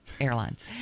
Airlines